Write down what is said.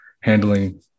handling